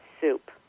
soup